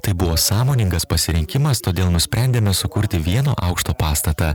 tai buvo sąmoningas pasirinkimas todėl nusprendėme sukurti vieno aukšto pastatą